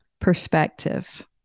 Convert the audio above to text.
perspective